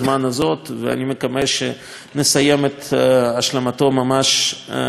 ואני מקווה שנסיים את השלמתו ממש בקרוב.